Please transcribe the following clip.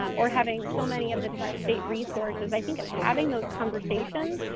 um or having so many of the different state resources, i think it's having those conversations,